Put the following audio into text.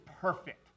perfect